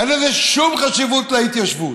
אין לזה שום חשיבות להתיישבות.